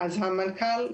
אז המנכ"ל,